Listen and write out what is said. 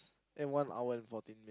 and one hour and fourteen